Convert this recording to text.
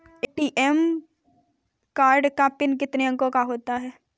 ATM card का PIN कितने अंकों का होता है?